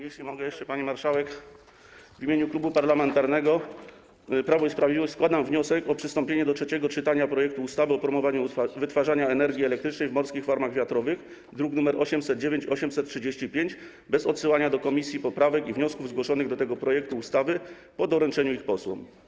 Jeśli mogę jeszcze, pani marszałek, w imieniu Klubu Parlamentarnego Prawo i Sprawiedliwość składam wniosek o przystąpienie do trzeciego czytania projektu ustawy o promowaniu wytwarzania energii elektrycznej w morskich farmach wiatrowych, druki nr 809 i 835, bez odsyłania do komisji poprawek i wniosków zgłoszonych do tego projektu ustawy, po doręczeniu ich posłom.